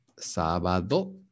sábado